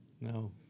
No